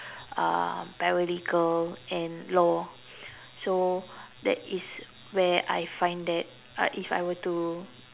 uh paralegal and law so that is where I find that uh if I were to